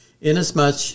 inasmuch